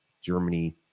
Germany